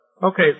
Okay